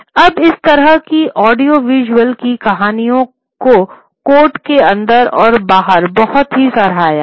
अब इस तरह की ऑडियो विजुअल की कहानी को कोर्ट के अंदर और बाहर भी बहुत सराहा गया